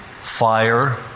Fire